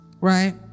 right